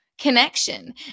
connection